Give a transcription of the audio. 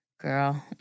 Girl